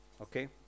Okay